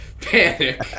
panic